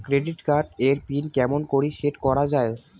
Credit card এর PIN কেমন করি সেট করা য়ায়?